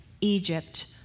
Egypt